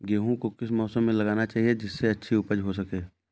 गेहूँ को किस मौसम में लगाना चाहिए जिससे अच्छी उपज हो सके?